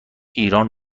ایران